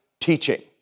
teaching